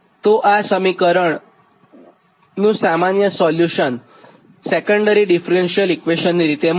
તો આ સમીકરણનું સામન્ય સોલ્યુશનસેકન્ડરી ડીફરન્શીયલ સમીકરણ છે